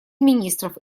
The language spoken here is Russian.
министров